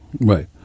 Right